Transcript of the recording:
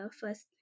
first